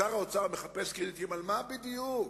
שר האוצר מחפש קרדיט, על מה בדיוק?